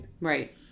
Right